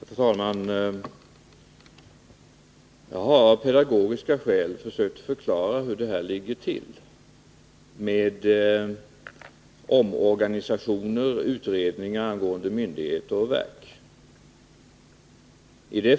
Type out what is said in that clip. Herr talman! Jag har av pedagogiska skäl försökt förklara hur det ligger till med omorganisationer och utredningar angående myndigheter och verk.